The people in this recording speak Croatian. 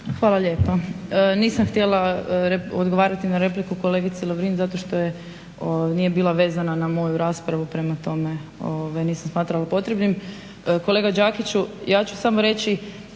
Hvala lijepa. Nisam htjela odgovarati na repliku kolegici Lovrin zato što nije bila vezana na moju raspravu, prema tome nisam smatrala potrebnim. Kolega Đakiću, ja ću samo reći